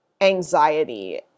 anxiety